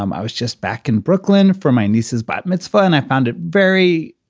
um i was just back in brooklyn for my niece's bat mitzvah and i found it very